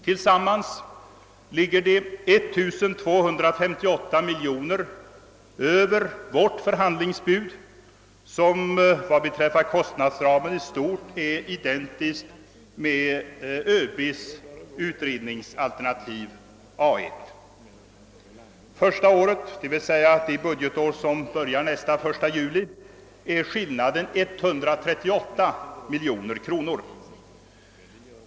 Tillsammans ligger budet 1 258 miljoner kronor över vårt förhandlingsbud, som vad kostnadsramen beträffar i stort sett är identiskt med ÖB:s utredningsalternativ A 1. Första året, d. v. s. det budgetår som börjar instundande 1 juli, är skillnaden 138 miljoner kronor.